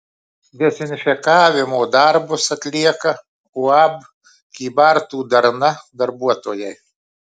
dezinfekavimo darbus atlieka uab kybartų darna darbuotojai